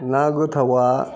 ना गोथावा